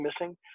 missing